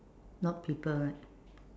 not people right